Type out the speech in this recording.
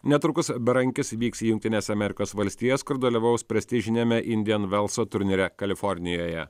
netrukus berankis vyks į jungtines amerikos valstijas kur dalyvaus prestižiniame indian velso turnyre kalifornijoje